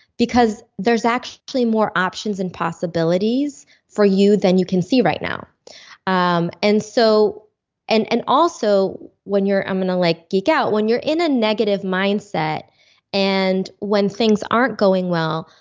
because there's actually more options and possibilities for you than you can see right now um and so and and also when you're, i'm gonna like geek out, when you're in a negative mindset and when things aren't going well,